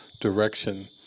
direction